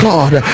God